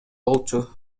болчу